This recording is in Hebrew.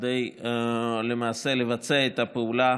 ולמעשה לבצע את הפעולה